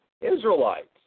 Israelites